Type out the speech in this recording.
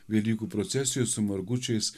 velykų procesijoj su margučiais